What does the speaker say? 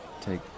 take